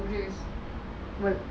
do it it's very simple ya